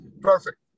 Perfect